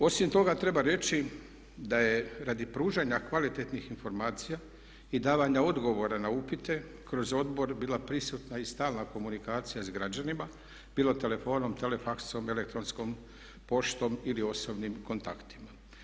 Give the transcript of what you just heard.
Osim toga, treba reći da je radi pružanja kvalitetnih informacija i davanja odgovora na upite kroz odbor bila prisutna i stalna komunikacija sa građanima bilo telefonom, telefaksom i elektronskom poštom ili osobnim kontaktima.